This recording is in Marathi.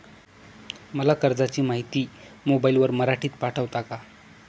मला कर्जाची माहिती मोबाईलवर मराठीत पाठवता का?